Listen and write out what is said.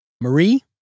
Marie